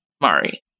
Mari